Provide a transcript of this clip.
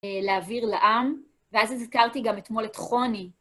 להעביר לעם, ואז הזכרתי גם אתמול את חוני.